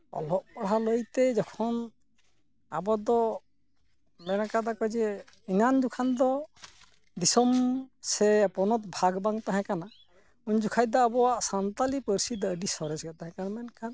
ᱚᱞᱚᱜ ᱯᱟᱲᱦᱟᱣ ᱞᱟᱹᱭᱛᱮ ᱡᱚᱠᱷᱚᱱ ᱟᱵᱚ ᱫᱚ ᱢᱮᱱᱟᱠᱟᱫᱟᱠᱚ ᱡᱮ ᱮᱱᱟᱱ ᱫᱚ ᱠᱷᱟᱱ ᱫᱚ ᱫᱤᱥᱚᱢ ᱥᱮ ᱯᱚᱱᱚᱛ ᱵᱷᱟᱜᱽ ᱵᱟᱝ ᱛᱟᱦᱮᱸᱠᱟᱱᱟ ᱩᱱ ᱡᱚᱠᱷᱚᱱ ᱫᱚ ᱟᱵᱚᱣᱟᱜ ᱥᱟᱱᱛᱟᱲᱤ ᱯᱟᱹᱨᱥᱤ ᱫᱚ ᱟᱹᱰᱤ ᱥᱚᱨᱮᱥ ᱜᱮ ᱛᱟᱦᱮᱸᱠᱟᱱᱟ ᱢᱮᱱᱠᱷᱟᱱ